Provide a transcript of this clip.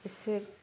एसे